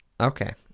Okay